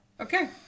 Okay